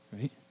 right